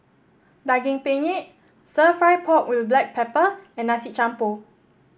Daging Penyet stir fry pork with Black Pepper and Nasi Campur